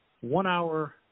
one-hour